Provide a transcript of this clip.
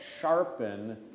sharpen